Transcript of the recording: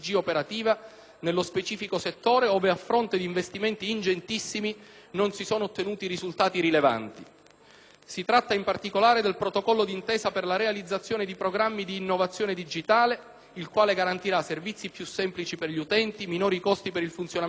nello specifico settore ove, a fronte di investimenti ingentissimi, non si sono ottenuti risultati rilevanti. Si tratta, in particolare, del Protocollo d'intesa per la realizzazione di programmi di innovazione digitale, il quale garantirà servizi più semplici per gli utenti, minori costi per il funzionamento degli uffici,